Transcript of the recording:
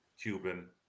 Cuban